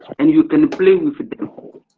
and you can play with them,